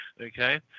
Okay